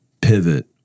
Pivot